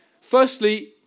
Firstly